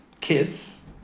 kids